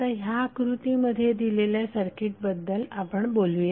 आता ह्या आकृतीमध्ये दिलेल्या सर्किटबद्दल आपण बोलूया